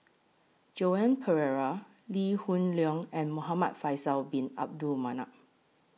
Joan Pereira Lee Hoon Leong and Muhamad Faisal Bin Abdul Manap